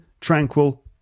tranquil